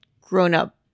grown-up